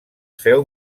féu